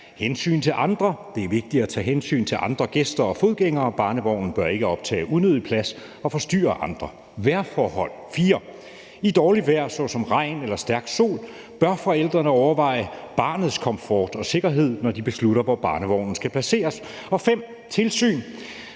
hensynet til andre. Det er vigtigt at tage hensyn til andre gæster og fodgængere, og barnevognen bør ikke optage unødig plads og forstyrre andre. Punkt 4 er vejrforhold. I dårligt vejr såsom regn eller stærk sol bør forældrene overveje barnets komfort og sikkerhed, når de beslutter, hvor barnevognen skal placeres. Punkt